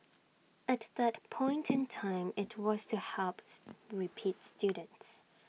at that point in time IT was to helps repeats students